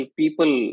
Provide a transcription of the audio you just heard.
people